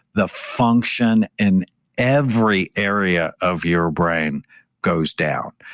the function in every area of your brain goes down.